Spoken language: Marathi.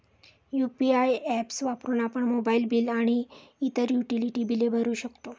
यु.पी.आय ऍप्स वापरून आपण मोबाइल बिल आणि इतर युटिलिटी बिले भरू शकतो